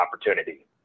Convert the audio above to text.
opportunity